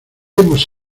hemos